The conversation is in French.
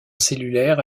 cellulaire